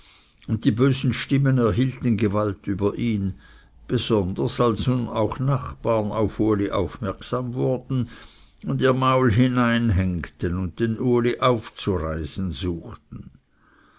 und die bösen stimmen erhielten gewalt über ihn besonders als nun auch nachbaren auf uli aufmerksam wurden und ihr maul hineinhängten und den uli aufzureisen suchten